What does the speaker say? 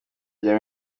rya